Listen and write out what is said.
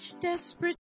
desperate